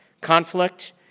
conflict